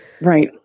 Right